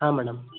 ಹಾಂ ಮೇಡಮ್